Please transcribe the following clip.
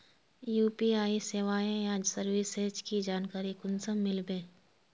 UPI सेवाएँ या services की जानकारी कुंसम मिलबे?